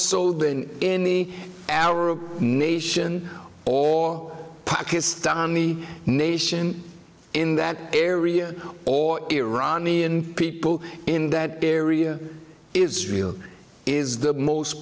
so than in the arab nation all pakistani nation in that area or iranian people in that area israel is the most